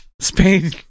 Spain